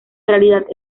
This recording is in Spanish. realidad